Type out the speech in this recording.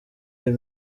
iyi